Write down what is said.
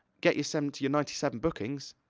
get your seventy, your ninety seven bookings,